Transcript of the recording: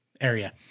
area